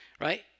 right